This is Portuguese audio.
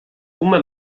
uma